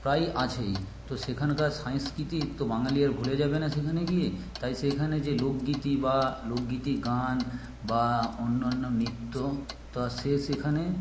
প্রায় আছেই তো সেখানকার সংস্কৃতি তো বাঙালি আর ভুলে যাবে না সেখানে গিয়ে তাই সেইখানে যে লোকগীতি বা লোকগীতি গান বা অন্যান্য নৃত্য তা শেষ এখানে